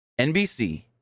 NBC